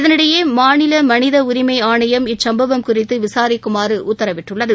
இதனிடையே மாநில மனிதஉரிமை ஆணையம் இச்சம்பவம் குறித்து விசாரிக்குமாறு உத்தரவிட்டுள்ளது